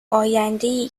آیندهای